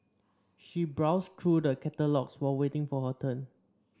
she browsed through the catalogues while waiting for her turn